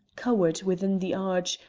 cowered within the arch,